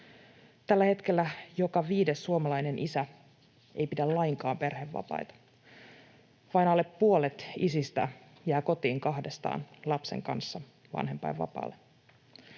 Tällä hetkellä joka viides suomalainen isä ei pidä lainkaan perhevapaita. Vain alle puolet isistä jää kotiin kahdestaan lapsen kanssa vanhempainvapaalle.